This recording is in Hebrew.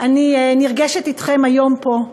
אני נרגשת אתכם היום פה,